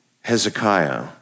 Hezekiah